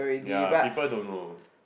ya people don't know